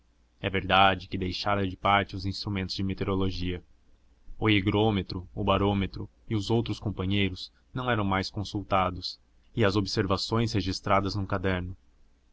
é verdade que deixara de parte os instrumentos de meteorologia o higrômetro o barômetro e os outros companheiros não eram mais consultados e as observações registradas num caderno